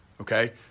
Okay